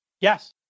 Yes